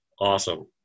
Awesome